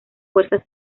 fuerzas